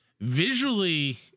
visually